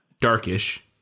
darkish